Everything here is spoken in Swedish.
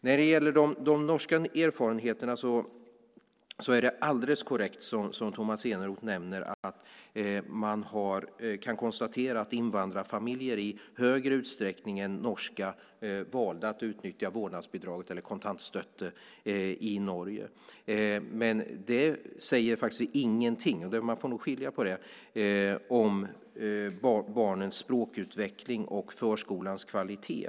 När det gäller de norska erfarenheterna är det alldeles korrekt som Tomas Eneroth nämner att det går att konstatera att invandrarfamiljer i högre utsträckning än norska familjer valda att utnyttja vårdnadsbidraget, kontantstøtte . Det säger faktiskt ingenting. Man får skilja på barnens språkutveckling och förskolans kvalitet.